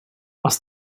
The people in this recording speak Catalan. els